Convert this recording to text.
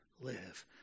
live